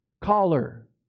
caller